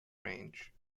range